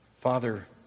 Father